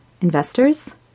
Investors